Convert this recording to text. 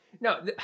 no